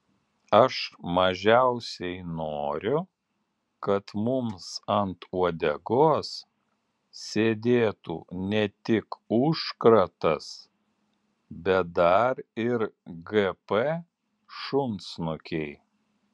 aš mažiausiai noriu kad mums ant uodegos sėdėtų ne tik užkratas bet dar ir gp šunsnukiai